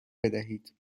بدهید